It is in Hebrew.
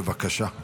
בבקשה.